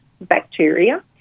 bacteria